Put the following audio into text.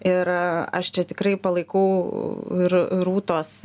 ir aš čia tikrai palaikau ir rūtos